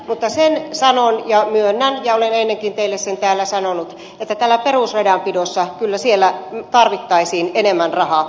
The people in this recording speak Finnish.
mutta sen sanon ja myönnän ja olen ennenkin teille sen täällä sanonut että perusradanpidossa kyllä tarvittaisiin enemmän rahaa